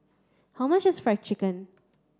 how much is fried chicken